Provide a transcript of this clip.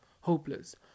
hopeless